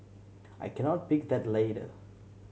I cannot pick that ladder